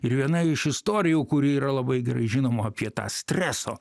ir viena iš istorijų kuri yra labai gerai žinoma apie tą streso